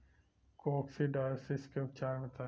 Coccidiosis के उपचार बताई?